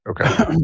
Okay